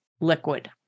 liquid